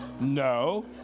No